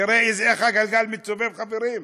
תראו איך הגלגל מסתובב, חברים.